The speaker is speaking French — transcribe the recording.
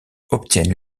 obtiennent